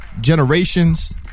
Generations